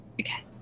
Okay